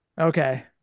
Okay